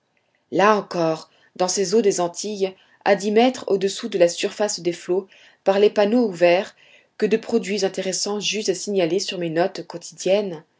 là encore dans ces eaux des antilles à dix mètres au-dessous de la surface des flots par les panneaux ouverts que de produits intéressants j'eus à signaler sur mes notes quotidiennes